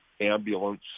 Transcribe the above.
ambulance